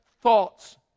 thoughts